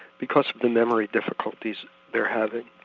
because of the memory difficulties they're having.